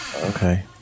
Okay